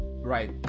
right